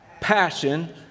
passion